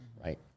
right